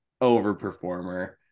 overperformer